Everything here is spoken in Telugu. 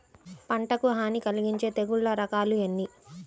పంటకు హాని కలిగించే తెగుళ్ళ రకాలు ఎన్ని?